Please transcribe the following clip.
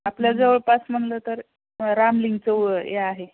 आपल्या जवळपास म्हटलं तर रामलिंगचं हे आहे